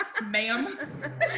ma'am